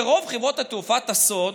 ורוב חברות התעופה טסות,